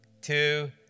two